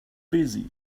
busy